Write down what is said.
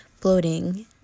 bloating